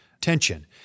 tension